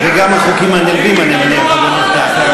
וגם על החוקים הנלווים, אני מניח, אדוני.